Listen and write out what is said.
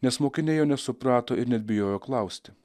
nes mokiniai jo nesuprato ir net bijojo klausti